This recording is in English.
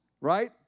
right